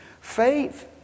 Faith